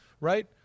right